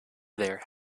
there